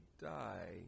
die